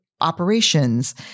operations